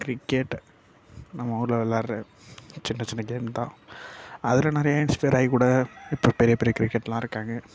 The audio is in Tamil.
கிரிக்கெட் நம்ம ஊரில் விளாட்ற சின்ன சின்ன கேம்தான் அதில் நிறைய இன்ஸ்பைர் ஆகி கூட இப்போ பெரிய பெரிய கிரிக்கெட்லாம் இருக்காங்க